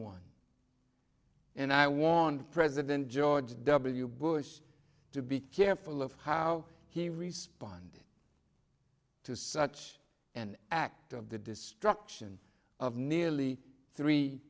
one and i warned president george w bush to be careful of how he responded to such an act of the destruction of nearly three